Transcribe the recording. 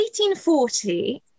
1840